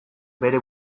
bere